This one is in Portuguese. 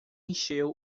encheu